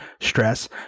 stress